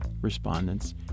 respondents